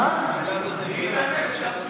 תגיד את האמת.